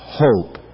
hope